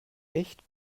echt